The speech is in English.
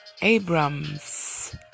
Abrams